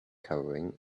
covering